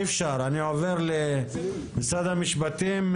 אני עובר למשרד המשפטים.